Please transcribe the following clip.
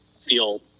feel